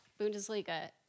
Bundesliga